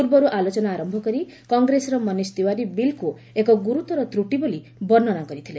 ପୂର୍ବରୁ ଆଲୋଚନା ଆରନ୍ଭ କରି କଂଗ୍ରେସର ମନୀଷ ତିୱାରୀ ବିଲ୍କୁ ଏକ ଗୁରୁତର ତ୍ରଟି ବୋଲି ବର୍ଷ୍ଣନା କରିଥିଲେ